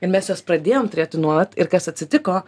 ir mes juos pradėjom turėti nuolat ir kas atsitiko